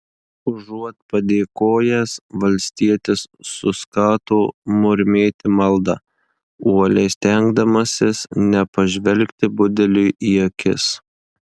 užuot padėkojęs valstietis suskato murmėti maldą uoliai stengdamasis nepažvelgti budeliui į akis